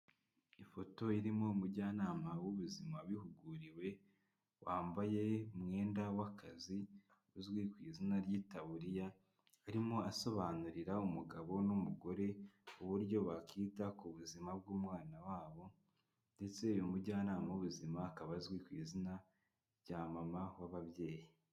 Ifoto irimo umujyanama w'ubuzima wabihuguriwe, wambaye umwenda w'akazi uzwi ku izina ry'itaburiya, arimo asobanurira umugabo n'umugore uburyo bakita ku buzima bw'umwana wabo ndetse uyu mujyanama w'ubuzima akaba azwi ku izina rya mama w'ababyeyi.